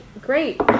great